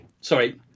Sorry